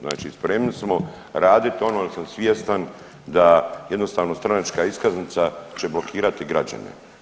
Znači spremni smo raditi ono jer sam svjestan da jednostavno stranačka iskaznica će blokirati građane.